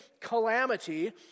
calamity